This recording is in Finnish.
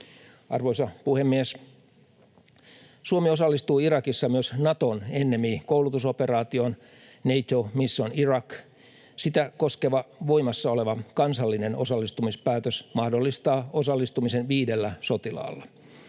Arvoisa puhemies! Suomi osallistuu Irakissa myös Naton NMI- eli Nato Mission Iraq -koulutusoperaatioon. Sitä koskeva voimassa oleva kansallinen osallistumispäätös mahdollistaa osallistumisen viidellä sotilaalla.